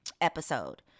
episode